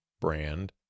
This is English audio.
brand